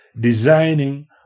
designing